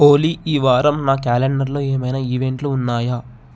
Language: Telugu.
ఓలీ ఈ వారం నా క్యాలెండర్లో ఏవైనా ఈవెంట్లు ఉన్నాయా